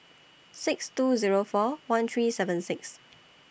six two Zero four one three seven six